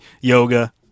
yoga